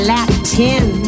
Latin